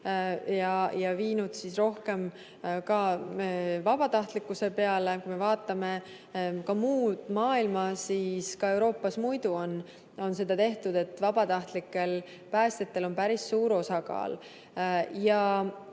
ja viinud rohkem ka vabatahtlikkuse peale. Kui me vaatame muud maailma, siis ka Euroopas on seda tehtud, vabatahtlikel päästjatel on päris suur osakaal.